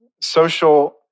social